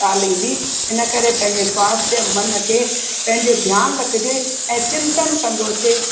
ॻाल्हि ईंदी इनकरे पंहिंजे स्वास्थ्य ऐं मन खे पंहिंजो ध्यानु रखिजे ऐं चिंतन कंदो अचे